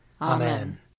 Amen